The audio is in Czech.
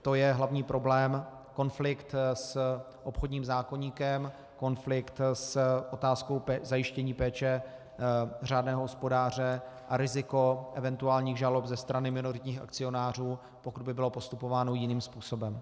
To je hlavní problém konflikt s obchodním zákoníkem, konflikt s otázkou zajištění péče řádného hospodáře a riziko eventuálních žalob ze strany minoritních akcionářů, pokud by bylo postupováno jiným způsobem.